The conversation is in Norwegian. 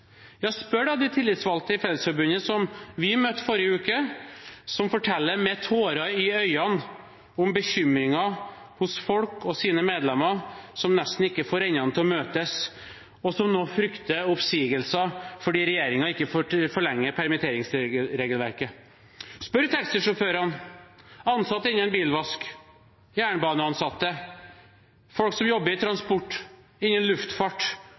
de tillitsvalgte i Fellesforbundet, som vi møtte forrige uke, som forteller med tårer i øynene om bekymringen hos folk og sine medlemmer som nesten ikke får endene til å møtes, og som nå frykter oppsigelser fordi regjeringen ikke forlenger permitteringsregelverket. Spør taxisjåførene, ansatte innen bilvask, jernbaneansatte, folk som jobber innen transport og innen luftfart